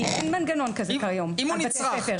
כי אין מנגנון כזה כיום על בתי ספר.